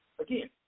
again